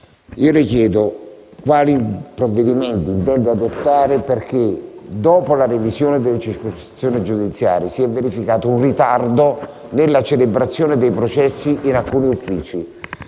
Le chiedo quali provvedimenti intenda adottare perché, dopo la revisione delle circoscrizioni giudiziarie, si è verificato un ritardo nella celebrazione dei processi in alcuni uffici.